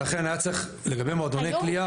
ולכן היה צריך לגבי מועדוני קליעה.